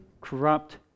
corrupt